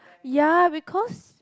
ya because